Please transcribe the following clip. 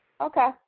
Okay